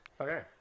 Okay